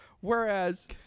whereas